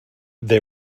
they